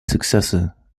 successor